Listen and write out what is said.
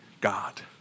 God